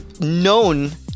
known